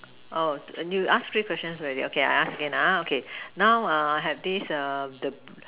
oh you ask three questions already okay I ask la now have this